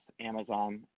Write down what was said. Amazon